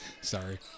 Sorry